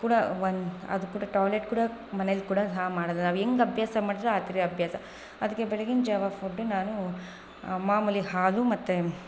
ಕೂಡ ಒಂದು ಅದು ಕೂಡ ಟಾಲೆಟ್ ಕೂಡ ಮನೇಲಿ ಕೂಡ ಹಾ ಮಾಡಲ್ಲ ನಾವು ಹೆಂಗೆ ಅಭ್ಯಾಸ ಮಾಡಿದರೆ ಆ ಥರ ಅಭ್ಯಾಸ ಅದಕ್ಕೆ ಬೆಳಗಿನ ಜಾವ ಫುಡ್ ನಾನು ಮಾಮೂಲಿ ಹಾಲು ಮತ್ತೆ